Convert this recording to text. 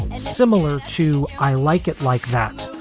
ah similar to i like it like that.